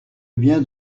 bien